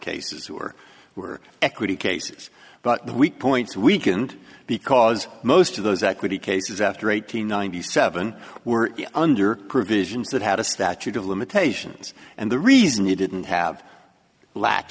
cases were were equity cases but the weak points weakened because most of those equity cases after eight hundred ninety seven were under provisions that had a statute of limitations and the reason it didn't have lack